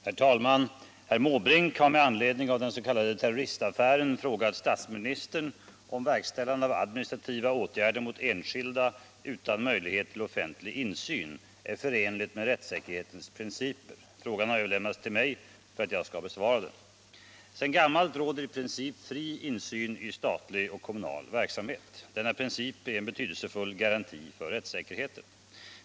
Herr talman! Herr Måbrink har med anledning av den s.k. terroristaffären frågat statsministern om verkställande av administrativa åtgärder mot enskilda, utan möjlighet till offentlig insyn, är förenligt med rättssäkerhetens principer. Frågan har överlämnats till mig för att jag skall besvara den. Sedan gammalt råder i princip fri insyn i statlig och kommunal verksamhet. Denna princip är en betydelsefull garanti för rättssäkerheten.